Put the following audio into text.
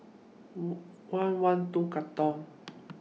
one one two Katong